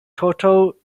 total